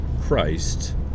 Christ